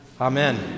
Amen